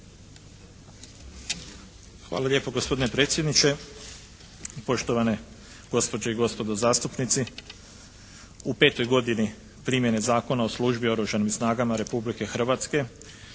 Hvala lijepo gospodine predsjedniče, poštovane gospođe i gospodo zastupnici. U 5. godini primjene Zakona o službi oružanim snagama Republike Hrvatske